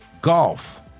Golf